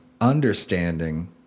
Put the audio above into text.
understanding